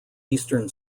eastern